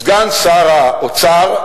סגן שר האוצר,